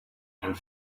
and